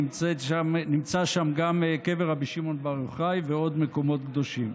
נמצאים שם גם קבר רבי שמעון בר יוחאי ועוד מקומות קדושים.